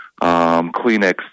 Kleenex